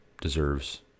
deserves